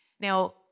Now